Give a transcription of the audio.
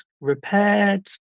repaired